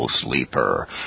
sleeper